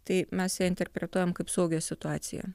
tai mes ją interpretuojam kaip saugią situaciją